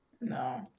No